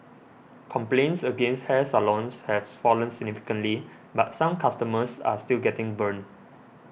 complaints against hair salons have fallen significantly but some customers are still getting burnt